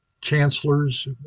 chancellors